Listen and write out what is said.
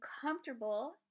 comfortable